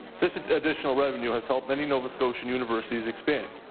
this additional revenue has helped many nova scotia universities expand.